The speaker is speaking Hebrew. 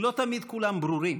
לא תמיד כולם ברורים